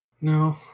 No